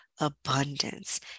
abundance